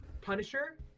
Punisher